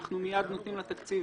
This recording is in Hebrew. אנחנו מיד נותנים לה תקציב.